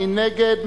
מי נגד?